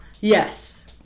Yes